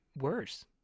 worse